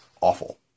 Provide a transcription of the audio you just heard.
awful